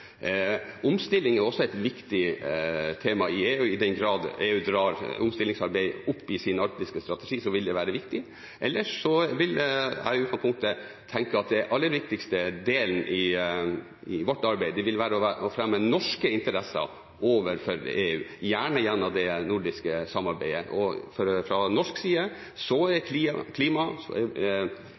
Omstilling er også et viktig tema i EU, så i den grad EU tar opp omstillingsarbeid i sin arktiske strategi, vil det være viktig. Ellers vil jeg i utgangspunktet tenke at den aller viktigste delen av vårt arbeid vil være å fremme norske interesser overfor EU, gjerne gjennom det nordiske samarbeidet. Fra norsk side er klima, verdiskaping og